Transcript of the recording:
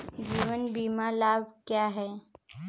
जीवन बीमा लाभ क्या हैं?